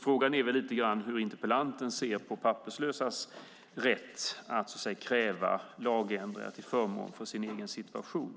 Frågan är hur interpellanten ser på papperslösas rätt att kräva lagändringar till förmån för sin egen situation.